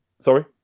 Sorry